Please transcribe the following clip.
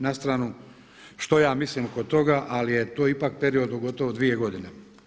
Na stranu što ja mislim oko toga, ali je to ipak period od gotovo dvije godine.